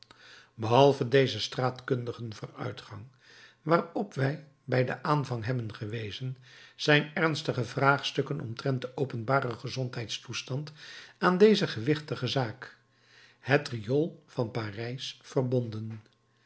behalve den staatkundigen vooruitgang waarop wij bij den aanvang hebben gewezen zijn ernstige vraagstukken omtrent de openbare gezondheidstoestand aan deze gewichtige zaak het riool van parijs verbonden